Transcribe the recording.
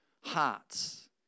hearts